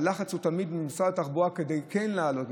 והלחץ ממשרד התחבורה הוא תמיד כן להעלות,